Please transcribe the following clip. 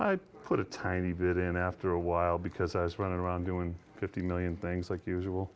g put a tiny bit in after a while because i was running around doing fifty million things like usual